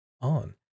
on